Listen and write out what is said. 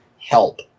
help